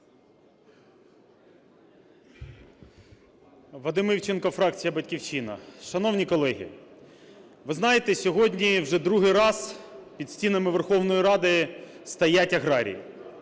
Вадим Івченко, фракція "Батьківщина". Шановні колеги, ви знаєте сьогодні вже другий раз під стінами Верховної Ради стоять аграрії.